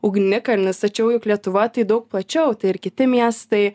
ugnikalnis tačiau juk lietuva tai daug plačiau tai ir kiti miestai